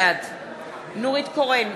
בעד נורית קורן,